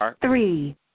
three